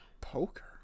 Poker